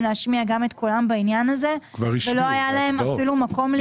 להשמיע גם את קולם בעניין הזה ולא היה להם מקום להיכנס לאולם.